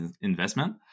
investment